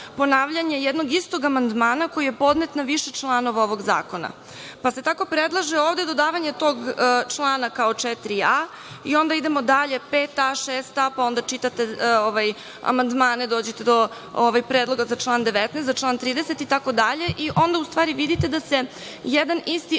ponavljanje jednog istog amandmana koji je podnet na više članova ovog zakona. Tako se predlaže ovde dodavanje tog člana kao 4a i onda idemo dalje, 5a, 6a, pa onda čitate amandmane i dođete do predloga za član 19, za član 30. i onda vidite da se jedan isti amandman